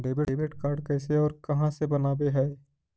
Debit card कैसे और कहां से बनाबे है?